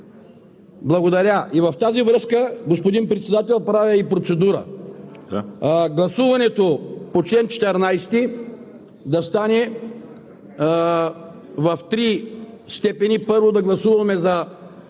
човека. В тази връзка, господин Председател, правя и процедура – гласуването по чл. 14 да стане в три степени: първо да гласуваме за